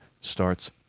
starts